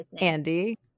Andy